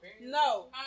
no